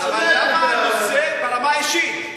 ברמה האישית?